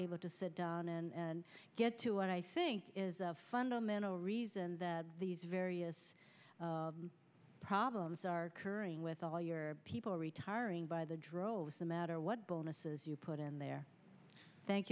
able to sit down and get to what i think is a fundamental reason that these various problems are currying with all your people retiring by the droves the matter what bonuses you put in there thank